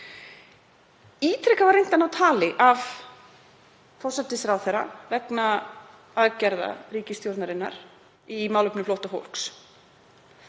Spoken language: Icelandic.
Ítrekað var reynt að ná tali af forsætisráðherra vegna aðgerða ríkisstjórnarinnar í málefnum flóttafólks,